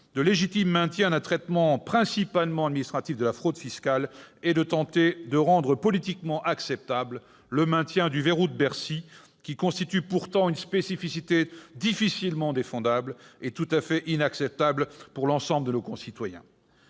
la légitimité d'un traitement principalement administratif de la fraude fiscale et de tenter de rendre politiquement acceptable le maintien du « verrou de Bercy », qui constitue pourtant une spécificité difficilement défendable et tout à fait inacceptable pour l'ensemble de nos concitoyens.